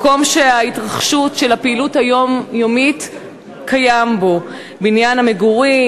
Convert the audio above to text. הוא המקום שההתרחשות של הפעילויות היומיומית קיימת בו: בניין המגורים,